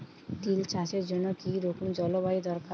তিল চাষের জন্য কি রকম জলবায়ু দরকার?